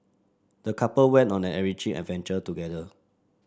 the couple went on an enriching adventure together